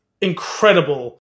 incredible